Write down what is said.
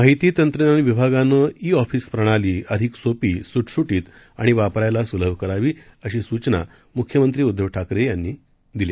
माहिती तंत्रज्ञान विभागाने ई ऑफीस प्रणाली अधिक सोपी सुटसुटीत आणि वापरण्याला सुलभ करावी अशा सूचना मुख्यमंत्री उद्धव ठाकरे यांनी आज दिल्या